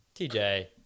TJ